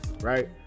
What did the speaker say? Right